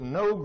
no